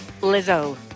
Lizzo